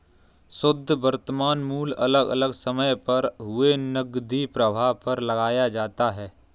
शुध्द वर्तमान मूल्य अलग अलग समय पर हुए नकदी प्रवाह पर लगाया जाता है